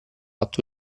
atto